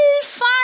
fun